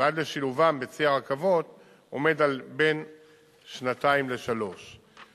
ועד לשילובם בצי הרכבות עומד על בין שנתיים לשלוש שנים.